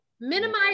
Minimize